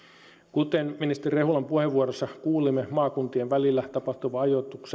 kuten ministeri rehulan puheenvuorosta kuulimme maakuntien välillä tapahtuva